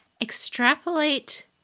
extrapolate